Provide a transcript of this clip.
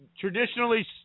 Traditionally